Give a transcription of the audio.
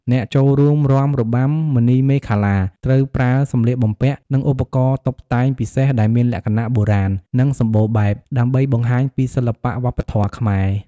អ្នកចូលរួមរាំរបាំមុនីមាឃលា ត្រូវប្រើសម្លៀកបំពាក់ និងឧបករណ៍តុបតែងពិសេសដែលមានលក្ខណៈបុរាណ និងសម្បូរបែប ដើម្បីបង្ហាញពីសិល្បៈវប្បធម៌ខ្មែរ។